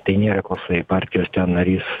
tai nėra koksai partijos narys